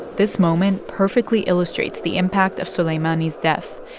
this moment perfectly illustrates the impact of soleimani's death.